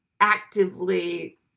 actively